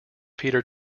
peter